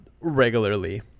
regularly